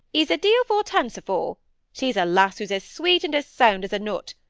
he's a deal for t' answer for she's a lass who's as sweet and as sound as a nut,